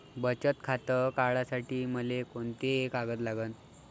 बचत खातं काढासाठी मले कोंते कागद लागन?